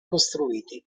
costruiti